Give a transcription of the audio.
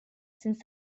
since